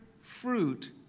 fruit